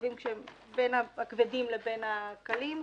רכבים שהם בין הכבדים לבין הקלים,